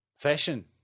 Fashion